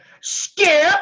Skip